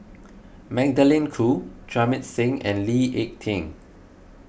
Magdalene Khoo Jamit Singh and Lee Ek Tieng